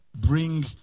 bring